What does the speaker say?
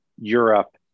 Europe